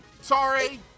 Sorry